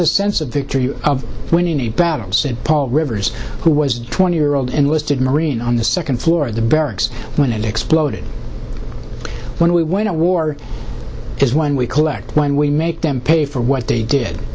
a sense of victory of winning the battle said paul rivers who was a twenty year old enlisted marine on the second floor of the barracks when it exploded when we went to war because when we collect when we make them pay for what they did